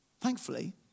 Thankfully